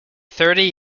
thirty